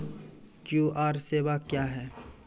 QR सेवा क्या हैं?